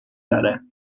داره